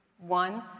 One